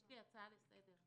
יש לי הצעה לסדר.